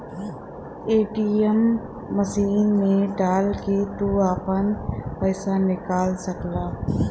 ATM machine मे डाल के तू आपन पइसा निकाल सकला